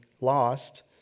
lost